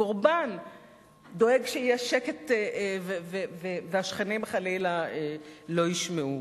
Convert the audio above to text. הקורבן דואג שיהיה שקט והשכנים חלילה לא ישמעו.